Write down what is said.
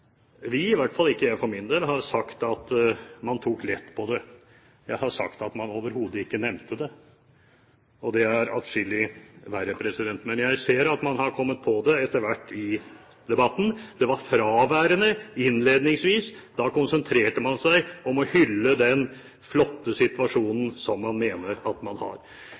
vi – i hvert fall ikke jeg for min del – har sagt at man tok lett på det. Jeg har sagt at man overhodet ikke nevnte det, og det er atskillig verre. Men jeg ser at man har kommet på det etter hvert i debatten. Det var fraværende innledningsvis. Da konsentrerte man seg om å hylle den flotte situasjonen som man mener at man har.